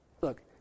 Look